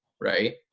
right